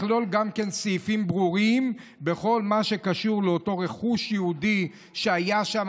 לכלול גם סעיפים ברורים בכל מה שקשור לאותו רכוש יהודי שהיה שם.